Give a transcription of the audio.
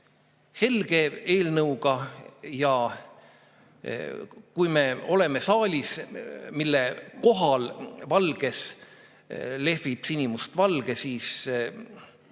helge eelnõuga. Me oleme saalis, mille kohal valge ajal lehvib sinimustvalge, mis